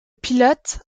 pilote